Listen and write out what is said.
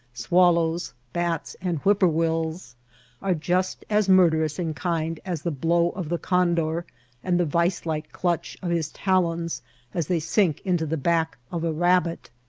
swallows, bats, and whip poor-wills are just as murderous in kind as the blow of the condor and the vice-like clutch of his talons as they sink into the back of a rab bit.